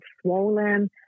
swollen